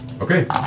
Okay